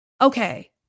okay